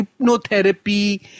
hypnotherapy